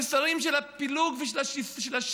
המסרים של הפילוג ושל השסע,